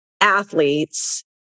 athletes